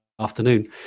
afternoon